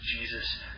Jesus